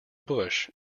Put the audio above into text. bush